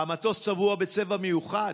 והמטוס צבוע בצבע מיוחד.